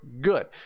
good